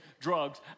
drugs